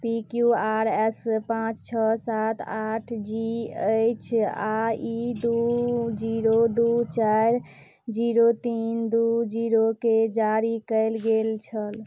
पी Q R S पाँच छओ सात आठ जी अछि आ ई दू जीरो दू चारि जीरो तीन दू जीरो के जारी कयल गेल छल